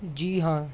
ਜੀ ਹਾਂ